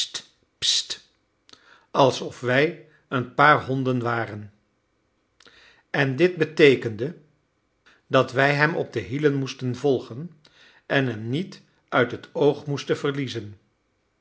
alsof wij een paar honden waren en dit beteekende dat wij hem op de hielen moesten volgen en hem niet uit het oog moesten verliezen